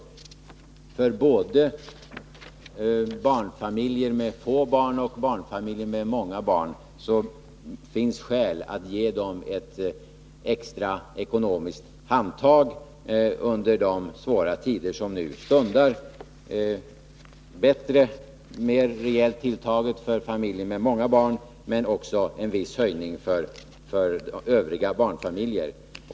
Det finns skäl att ge både familjer med få barn och familjer med många barn ett handtag i form av ett extra ekonomiskt stöd under de svåra tider som nu stundar. Vi vill ha en rejält tilltagen höjning för familjer med många barn, men också en viss höjning för övriga barnfamiljer.